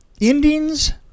endings